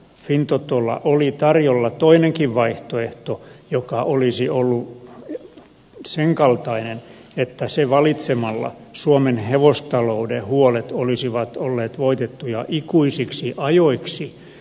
fintotolla oli tarjolla toinenkin vaihtoehto joka olisi ollut sen kaltainen että se valitsemalla suomen hevostalouden huolet olisivat olleet voitettuja ikuisiksi ajoiksi